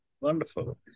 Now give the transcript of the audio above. Wonderful